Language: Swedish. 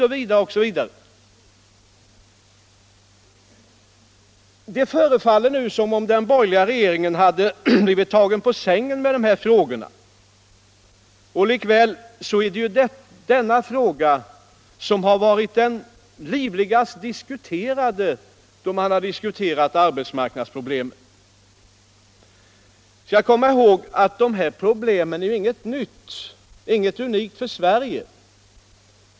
Det förefaller nu som om den borgerliga regeringen hade blivit tagen på sängen när det gäller den här frågan. Och likväl är det ju denna fråga som har varit den livligast diskuterade då man debatterat arbetsmarknadsproblemen. Vi skall komma ihåg att de här problemen är inte nya, inte unika för Sverige.